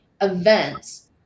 events